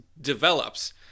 develops